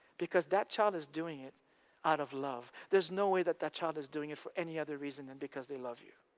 because that child is doing it out of love. there's no way that that child is doing it for any other reason than because they love you.